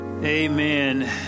Amen